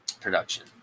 production